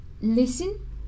listen